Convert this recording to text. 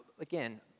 again